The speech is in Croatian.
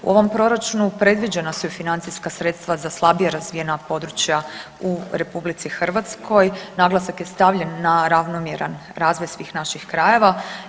U ovom proračunu predviđena su i financijska sredstva za slabije razvijena područja u RH, naglasak je stavljen na ravnomjeran razvoj svih naših krajeva.